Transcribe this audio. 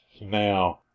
Now